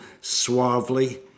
suavely